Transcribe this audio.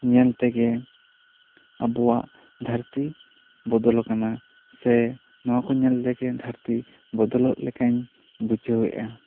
ᱧᱮᱞ ᱛᱮ ᱜᱮ ᱟᱵᱚᱣᱟᱜ ᱫᱷᱟᱹᱨᱛᱤ ᱵᱚᱫᱚᱞᱚᱜ ᱠᱟᱱᱟ ᱥᱮ ᱱᱚᱣᱟ ᱠᱚ ᱧᱮᱞ ᱛᱮᱜᱮ ᱫᱷᱟᱹᱨᱛᱤ ᱵᱚᱫᱚᱞᱚᱜ ᱞᱮᱠᱟᱧ ᱵᱩᱡᱷᱟᱹᱣ ᱮᱜᱼᱟ